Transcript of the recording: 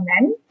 men